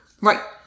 right